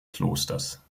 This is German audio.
klosters